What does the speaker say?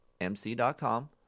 MC.com